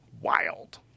wild